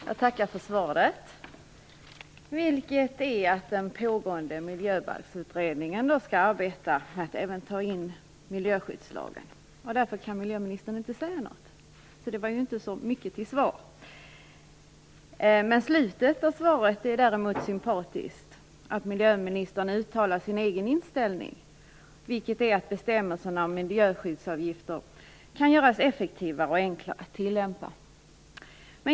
Herr talman! Jag tackar för svaret, att den pågående Miljöbalksutredningen skall arbeta för att även miljöskyddslagen skall innefattas, och att ministern därför inte kan säga något. Det var ju inte så mycket till svar. Däremot är slutet av svaret sympatiskt. Miljöministern uttalar där sin egen inställning, nämligen att bestämmelserna om miljöskyddsavgifter kan göras effektivare och enklare att tillämpa.